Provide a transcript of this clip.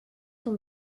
son